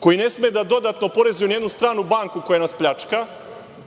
koji ne sme da dodatno oporezuje nijednu stranu banku koja nas pljačka,